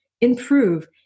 Improve